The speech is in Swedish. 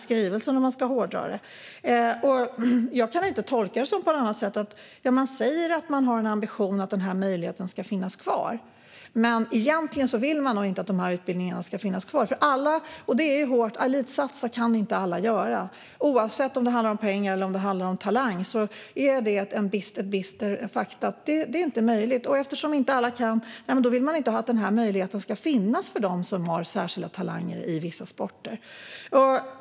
Jag kan inte tolka det hela på något annat sätt än att man egentligen inte vill att möjligheten till dessa utbildningar ska finnas kvar, trots att man säger att man har en sådan ambition. Alla kan inte elitsatsa. Det är ett bistert faktum, oavsett om det handlar om pengar eller talang. Det är inte möjligt. Eftersom inte alla kan verkar man inte vilja att möjligheten ska finnas för dem som har särskilda talanger i vissa sporter.